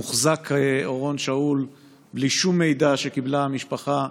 אורון שאול מוחזק, בלי שום מידע שקיבלה המשפחה,